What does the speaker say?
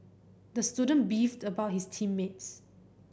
the student beefed about his team mates